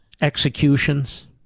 executions